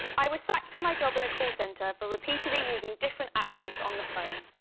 i was sacked from my job in a call centre for repeatedly using different accents on the phone.